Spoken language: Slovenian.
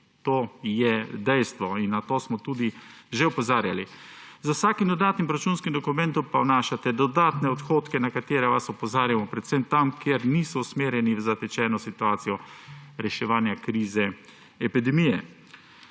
To je dejstvo in na to smo tudi že opozarjali. Z vsakim dodatnim proračunskim dokumentom pa vnašate dodatne odhodke, na katere vas opozarjamo predvsem tam, kjer niso usmerjeni v zatečeno situacijo reševanja krize epidemije.